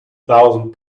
thousand